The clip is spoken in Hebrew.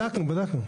בדקנו.